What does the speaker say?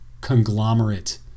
conglomerate